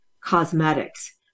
cosmetics